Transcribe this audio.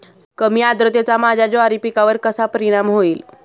कमी आर्द्रतेचा माझ्या ज्वारी पिकावर कसा परिणाम होईल?